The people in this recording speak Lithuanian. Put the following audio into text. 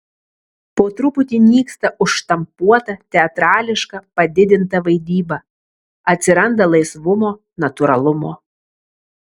po truputį nyksta užštampuota teatrališka padidinta vaidyba atsiranda laisvumo natūralumo